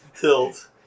Tilt